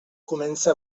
comença